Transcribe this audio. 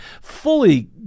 fully